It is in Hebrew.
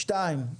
דבר שני,